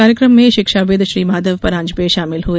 कार्यक्रम में शिक्षाविद् श्री माधव परांजपे शामिल हुए